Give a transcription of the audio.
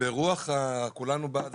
ברוח הזו שכולנו בעד,